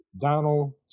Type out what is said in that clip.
Donald